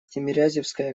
тимирязевская